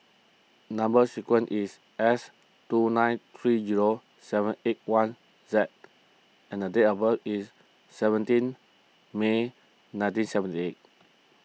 Number Sequence is S two nine three zero seven eight one Z and the date of birth is seventeen May nineteen seventy eight